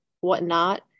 whatnot